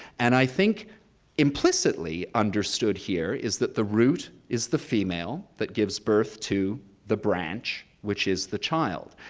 and i think implicitly understood here is that the root is the female that gives birth to the branch, which is the child.